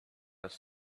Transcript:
was